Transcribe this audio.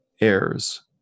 heirs